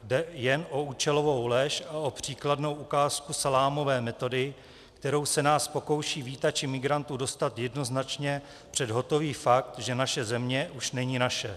Jde jen o účelovou lež a o příkladnou ukázku salámové metody, kterou se nás pokouší vítači migrantů dostat jednoznačně před hotový fakt, že naše země už není naše.